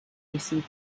receive